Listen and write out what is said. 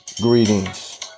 Greetings